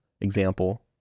example